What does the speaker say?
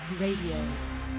Radio